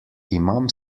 imam